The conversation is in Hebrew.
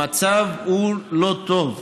המצב לא טוב,